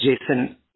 Jason